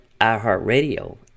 iHeartRadio